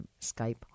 Skype